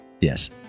Yes